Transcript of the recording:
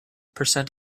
percent